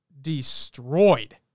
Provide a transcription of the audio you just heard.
destroyed